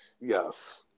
Yes